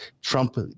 Trump